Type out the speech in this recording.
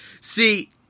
see